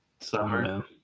summer